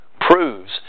proves